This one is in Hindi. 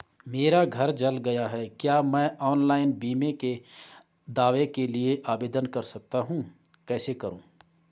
मेरा घर जल गया है क्या मैं ऑनलाइन बीमे के दावे के लिए आवेदन कर सकता हूँ कैसे करूँ?